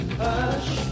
hush